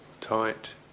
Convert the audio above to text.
tight